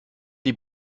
die